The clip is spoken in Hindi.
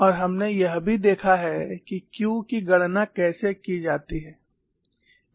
और हमने यह भी देखा है कि Q की गणना कैसे की जाती है